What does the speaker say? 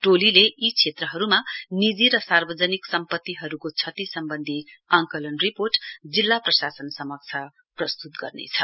टोलीले यी क्षेत्रहरूमा निजी र सार्वजनिक सम्पतिहरूको क्षति सम्बन्धी आकलन रिपोर्ट जिल्ला प्रशासन समक्ष प्रस्तुत गर्नेछ